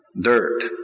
dirt